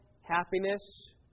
happiness